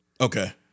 Okay